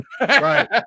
Right